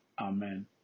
Amen